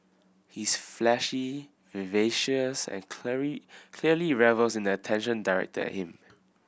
he is flashy vivacious and clearly clearly revels in the attention directed at him